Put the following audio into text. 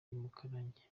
mukarange